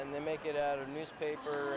and then make it a newspaper